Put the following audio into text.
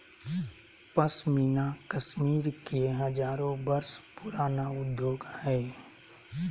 पश्मीना कश्मीर के हजारो वर्ष पुराण उद्योग हइ